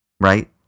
right